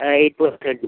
eight point ten